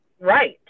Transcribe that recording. Right